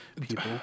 people